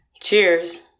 cheers